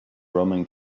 roman